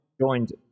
joined